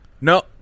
No